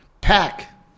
Pack